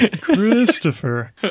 Christopher